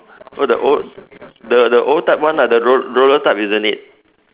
oh the old the the old type one lah the roll roller type isn't it